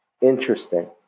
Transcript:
interesting